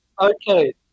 Okay